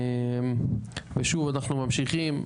ושוב אנחנו ממשיכים,